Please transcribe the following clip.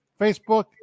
Facebook